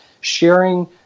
sharing